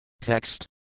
Text